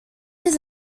his